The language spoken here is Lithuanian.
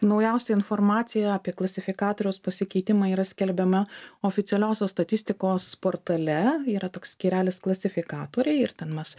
naujausia informacija apie klasifikatoriaus pasikeitimą yra skelbiama oficialiosios statistikos portale yra toks skyrelis klasifikatoriai ir ten mes